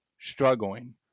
struggling